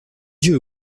dieu